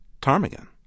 ptarmigan